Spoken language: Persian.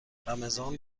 رمضان